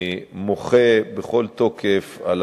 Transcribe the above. ואני מוחה בכל תוקף על